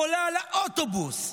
עולה לאוטובוס,